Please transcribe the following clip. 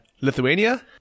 Lithuania